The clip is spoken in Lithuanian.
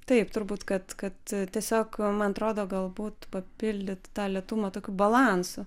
taip turbūt kad kad tiesiog man atrodo galbūt papildyt tą lėtumą tokiu balansu